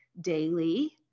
daily